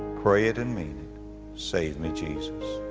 pray it and mean save me, jesus.